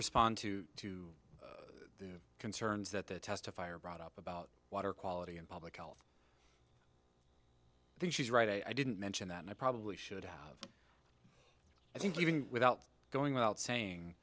respond to two of the concerns that the testifier brought up about water quality and public health i think she's right i didn't mention that and i probably should have i think even without going without saying